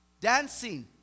Dancing